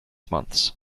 months